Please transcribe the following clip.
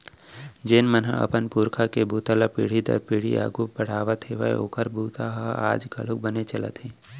जेन मन ह अपन पूरखा के बूता ल पीढ़ी दर पीढ़ी आघू बड़हात हेवय ओखर बूता ह आज घलोक बने चलत हे